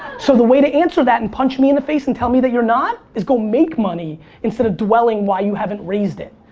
so the way to answer that and punch me in the face and tell me that you're not is go make money instead of dwelling why you haven't raised it.